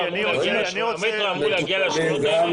עליהם.